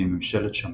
מממשלת שמיר.